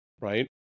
right